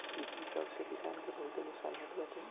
इ सब से किसान के बहुते नुकसान होत बाटे